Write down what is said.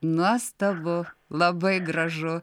nuostabu labai gražu